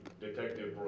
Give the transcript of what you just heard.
Detective